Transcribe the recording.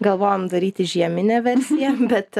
galvojom daryti žieminę versiją bet